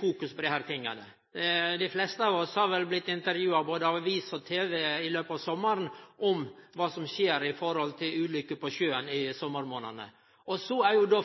fokus på desse tinga. Dei fleste av oss har vel blitt intervjua av både aviser og tv i løpet av sommaren om kva som skjer i samband med ulukker på sjøen i sommarmånadene.